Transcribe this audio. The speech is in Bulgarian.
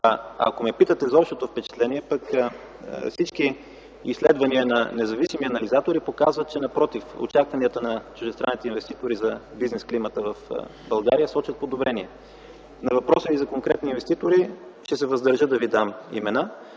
Ако ме питате за общото впечатление, всички изследвания на независими анализатори показват, че напротив, очакванията на чуждестранните инвеститори за бизнес климата в България сочат подобрение. На въпроса Ви за конкретни инвеститори ще се въздържа да Ви дам имена.